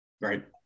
right